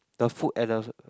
the food at the